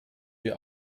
wir